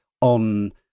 on